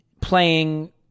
playing